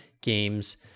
games